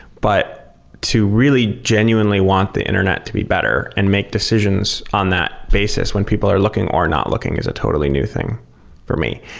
but to really genuinely want the internet to be better and make decisions on that basis when people are looking or not looking is a totally new thing for me.